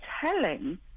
telling